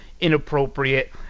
inappropriate